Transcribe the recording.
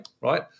Right